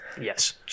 yes